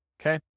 okay